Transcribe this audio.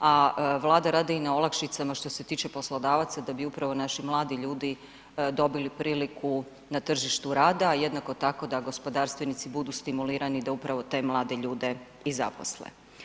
a Vlada radi i na olakšicama što se tiče poslodavaca da bi upravo naši mladi ljudi dobili priliku na tržištu rada, jednako tako da gospodarstvenici budu stimulirani da upravo te mlade ljude i zaposle.